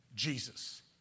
Jesus